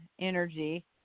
energy